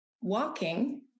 walking